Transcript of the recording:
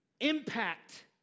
impact